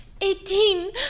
Eighteen